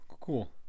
Cool